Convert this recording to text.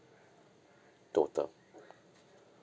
total